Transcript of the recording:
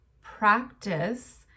practice